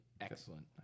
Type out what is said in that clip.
excellent